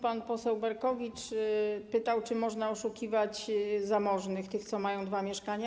Pan poseł Berkowicz pytał, czy można oszukiwać zamożnych, tych, co mają dwa mieszkania.